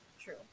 True